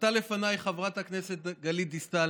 עלתה לפניי חברת הכנסת גלית דיסטל